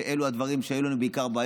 שאלו הדברים שבהם היו לנו בעיות בעיקר.